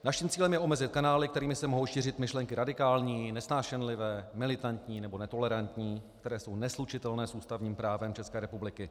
Naším cílem je omezit kanály, kterými se mohou šířit myšlenky radikální, nesnášenlivé, militantní nebo netolerantní, které jsou neslučitelné s ústavním právem České republiky.